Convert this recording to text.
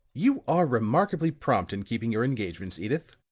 you are remarkably prompt in keeping your engagements, edyth.